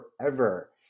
forever